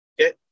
Okay